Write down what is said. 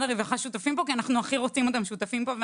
הרווחה שותפים פה כי אנחנו הכי רוצים אותם שותפים פה.